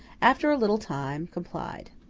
after a little time, complied.